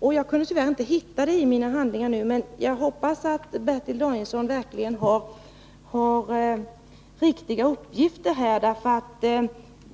men jag kunde tyvärr inte hitta denna anteckning i mina handlingar nu. Jag hoppas verkligen att Bertil Danielsson har riktiga uppgifter på denna punkt.